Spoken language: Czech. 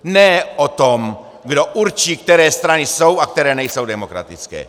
Ne o tom, kdo určí, které strany jsou a které nejsou demokratické.